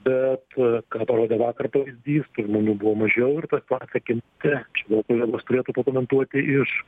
bet ką parodė vakar pavyzdys tų žmonių buvo mažiau ir ta situacija kintanti čia gal kolegos turėtų pakomentuoti iš